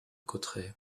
cotterêts